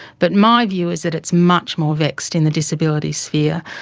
but my view is that it's much more vexed in the disability sphere.